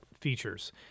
features